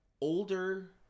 older